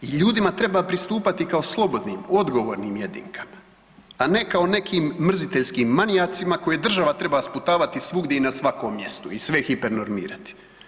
I ljudima treba pristupati kao slobodnim, odgovornim jedinkama, a ne kao nekim mrziteljskim manijacima koje država treba sputavati svugdje i na svakom mjestu i sve hipernormirati.